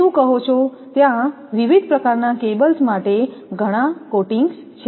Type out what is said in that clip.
ત્યાં વિવિધ પ્રકારના કેબલ માટે ઘણા કોટિંગ્સ છે